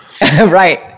Right